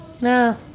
No